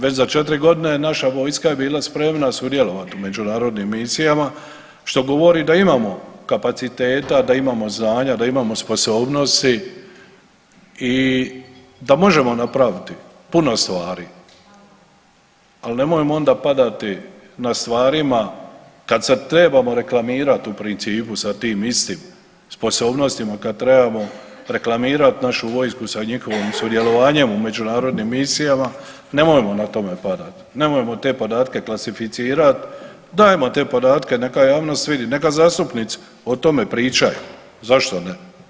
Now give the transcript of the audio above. Već za 4 godine naša vojska je bila spremna sudjelovati u međunarodnim misijama što govori da imamo kapaciteta, da imamo znanja, da imamo sposobnosti i da možemo napraviti puno stvari, ali nemojmo onda padati na stvarima kad se trebamo reklamirati u principu sa tim istim sposobnostima, kad trebamo reklamirati našu vojsku sa njihovim sudjelovanjem u međunarodnim misijama nemojmo na tome padat, nemojmo te podatke klasificirat, dajmo te podatke neka javnost vidi, neka zastupnici o tome pričaju, zašto ne.